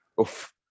Oof